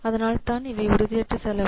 அதனால்தான் இவை உறுதியற்ற செலவு